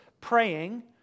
praying